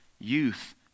Youth